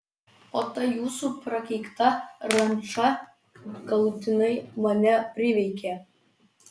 o ta jūsų prakeikta ranča galutinai mane priveikė